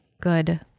good